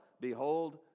behold